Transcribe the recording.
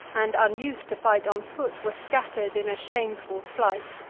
and, unus'd to fight on foot, were scatter'd in a shameful flight.